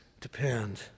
depend